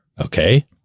Okay